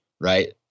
Right